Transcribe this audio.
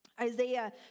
Isaiah